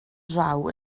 draw